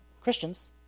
Christians